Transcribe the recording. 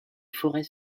forêts